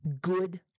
good